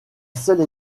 seule